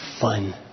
fun